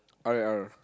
R-and-R